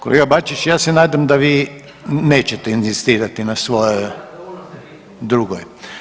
Kolega Bačić ja se nadam da vi nećete inzistirati na svojoj drugoj.